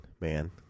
man